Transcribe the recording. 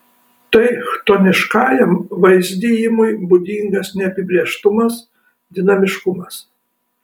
tai chtoniškajam vaizdijimui būdingas neapibrėžtumas dinamiškumas